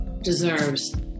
deserves